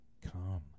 come